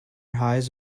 eyes